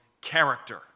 character